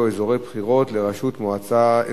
איך אנחנו לא נהיה בעד?